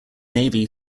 navy